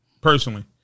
Personally